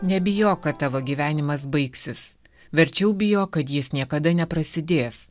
nebijok kad tavo gyvenimas baigsis verčiau bijok kad jis niekada neprasidės